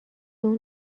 اون